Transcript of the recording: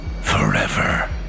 forever